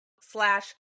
slash